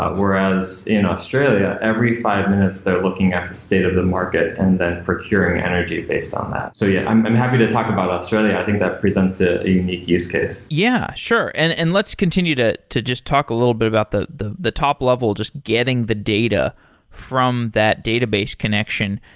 whereas in australia, every five minutes they're looking at state of the market and then procuring energy based on that. so yeah, i'm i'm happy to talk about australia. i think that presents a unique use case yeah, sure, and and let's continue to to just talk a little bit about the the top level just getting the data from that database connection.